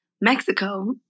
Mexico